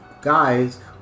guys